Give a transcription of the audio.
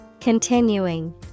Continuing